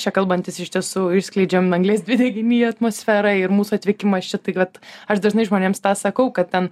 čia kalbantis iš tiesų išskleidžiam anglies dvideginį į atmosferą ir mūsų atvykimas čia tai vat aš dažnai žmonėms tą sakau kad ten